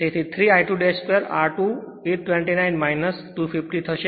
તેથી 3 I2 2 r 2 829 250 થશે